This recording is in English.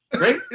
right